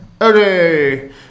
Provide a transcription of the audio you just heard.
Okay